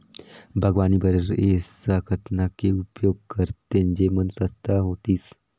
बागवानी बर ऐसा कतना के उपयोग करतेन जेमन सस्ता होतीस?